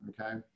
Okay